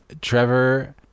Trevor